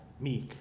meek